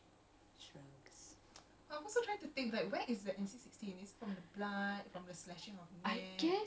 ya but that's the thing lah macam I_M_D